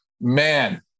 man